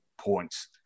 points